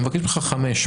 אני מבקש ממך 500,